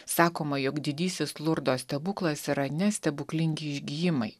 sakoma jog didysis lurdo stebuklas yra ne stebuklingi išgijimai